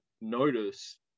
notice